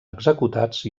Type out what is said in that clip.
executats